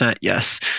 yes